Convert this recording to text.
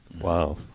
Wow